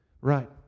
Right